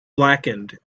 blackened